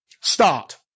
start